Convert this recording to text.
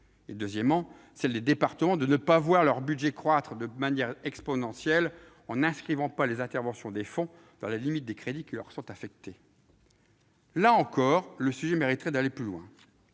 de la PCH ; celle des départements de ne pas voir leurs budgets croître de manière exponentielle en n'inscrivant pas les interventions des fonds dans la limite des crédits qui leur sont affectés. Là encore, le sujet mériterait d'être approfondi.